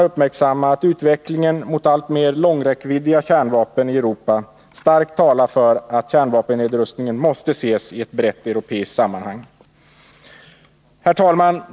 Utvecklingen mot alltmer långräckviddiga kärnvapen i Europa talar starkt för att kärnvapennedrustningen måste ses i ett brett europeiskt sammanhang. Herr talman!